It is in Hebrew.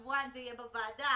שבועיים זה יהיה בוועדה?